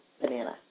banana